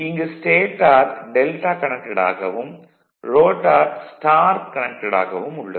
இங்கு stator delta connected ஆகவும் rotor star connected ஆகவும் உள்ளது